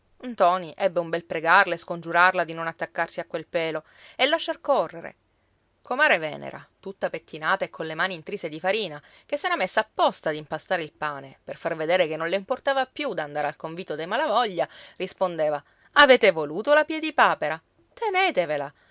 quell'affronto ntoni ebbe un bel pregarla e scongiurarla di non attaccarsi a quel pelo e lasciar correre comare venera tutta pettinata e colle mani intrise di farina che s'era messa apposta ad impastare il pane per far veder che non le importava più d'andare al convito dei malavoglia rispondeva avete voluto la piedipapera tenetevela